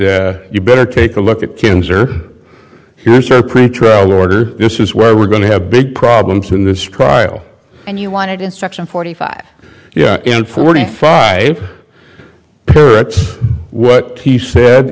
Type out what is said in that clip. said you better take a look at cancer here's our pretrial order this is where we're going to have big problems in this trial and you want it instruction forty five yeah and forty five per it's what he said